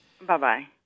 Bye-bye